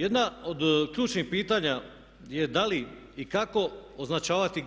Jedan od ključnih pitanja je da li i kako označavati